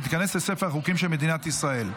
ותיכנס לספר החוקים של מדינת ישראל.